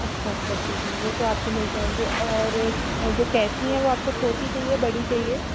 अच्छा अच्छा जी जी वह तो आपको मिल जाएँगे और जो क़ैंची है वह आपको छोटी चाहिए बड़ी चाहिए